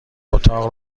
اتاق